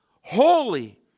holy